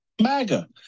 MAGA